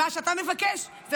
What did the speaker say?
לא טענתי אחרת,